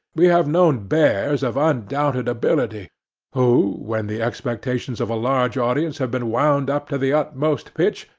we have known bears of undoubted ability who, when the expectations of a large audience have been wound up to the utmost pitch,